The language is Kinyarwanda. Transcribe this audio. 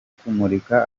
kumurika